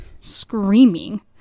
screaming